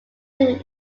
him